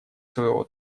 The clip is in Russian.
своего